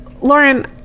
Lauren